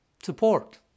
Support